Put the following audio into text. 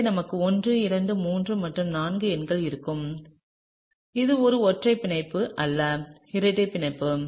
எனவே நமக்கு 1 2 3 மற்றும் 4 எண்கள் இருக்கும் இது ஒரு ஒற்றை பிணைப்பு அல்ல இரட்டை பிணைப்பு